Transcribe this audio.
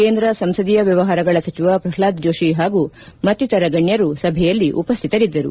ಕೇಂದ್ರ ಸಂಸದೀಯ ವ್ಯವಹಾರಗಳ ಸಚಿವ ಪ್ರಹ್ನಾದ್ ಜೋಷಿ ಹಾಗೂ ಮತ್ತಿತರ ಗಣ್ಯರು ಸಭೆಯಲ್ಲಿ ಉಪಸ್ಥಿತರಿದ್ದರು